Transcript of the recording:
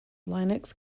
linux